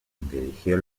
dirigió